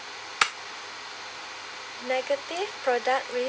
negative product